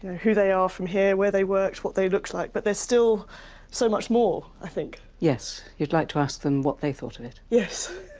who they are from here, where they worked, what they looked like, but there's still so much more, i think. yes. you'd like to ask them what they thought of it. yes.